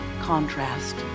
contrast